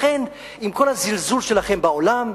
לכן, עם כל הזלזול שלכם בעולם,